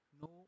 No